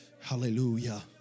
Hallelujah